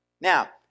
Now